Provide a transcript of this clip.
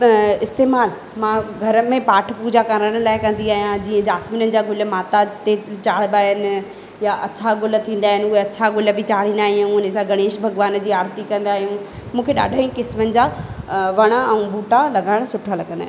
इस्तेमालु मां घर में पाठ पूॼा करण लाइ कंदी आहियां जीअं जासमीननि जा गुल माता ते चाढंदा आहिनि या अछा गुल थींदा आहिनि उहे अछा गुल बि चाढ़ींदा आहियूं उन सां गणेश भॻवान जी आरती कंदा आहियूं मूंखे ॾाढा ई क़िस्मनि जा वण ऐं बूटा लॻाइणु सुठा लॻंदा आहिनि